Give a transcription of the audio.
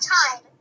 time